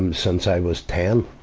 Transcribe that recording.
um since i was ten.